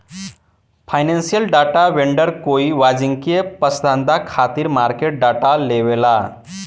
financial data vendor कोई वाणिज्यिक पसंस्था खातिर मार्केट डाटा लेआवेला